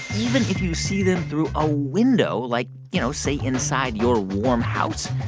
even if you see them through a window, like, you know, say, inside your warm house,